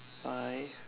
five